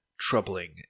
troubling